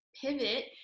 pivot